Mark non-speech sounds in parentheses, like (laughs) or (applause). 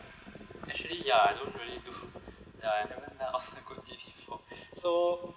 actually ya I don't really do ya I never done (laughs) a good deed before so